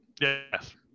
Yes